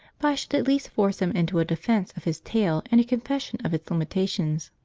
but i should at least force him into a defence of his tail and a confession of its limitations.